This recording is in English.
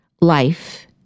life